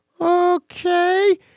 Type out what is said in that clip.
Okay